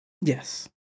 Yes